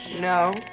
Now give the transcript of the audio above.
No